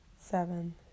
seven